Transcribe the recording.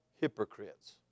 Hypocrites